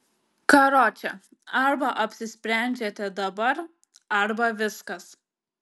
karoče arba apsisprendžiate dabar arba viskas